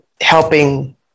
helping